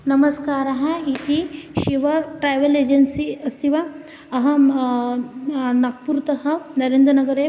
नमस्कारः इति शिवट्रावेल् एजन्सि अस्ति वा अहं नाग्पुर्तः नरेन्द्रनगरे